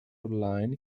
online